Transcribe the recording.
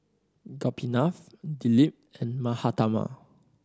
Gopinath Dilip and Mahatma